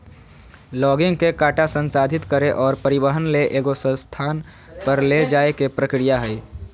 logging के काटा संसाधित करे और परिवहन ले एगो स्थान पर ले जाय के प्रक्रिया हइ